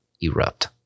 erupt